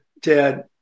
Ted